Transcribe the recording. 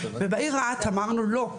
בעיר רהט אמרנו לא,